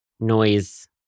noise